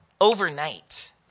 overnight